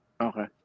Okay